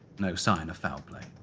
no sign of foul play.